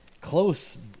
close